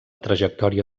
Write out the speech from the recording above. trajectòria